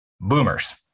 boomers